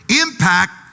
impact